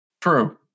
True